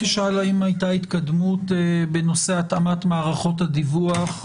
האם היתה התקדמות בנושא התאמת מערכות הדיווח?